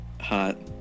hot